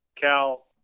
Cal